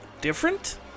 different